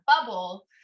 bubble